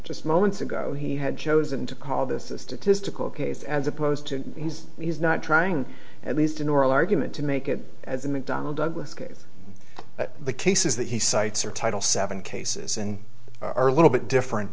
just moments ago he had chosen to call this a statistical case as opposed to he's not trying at least in oral argument to make it as a mcdonnell douglas case but the cases that he cites are title seven cases and are a little bit different